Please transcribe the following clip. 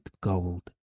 gold